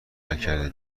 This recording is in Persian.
نکرده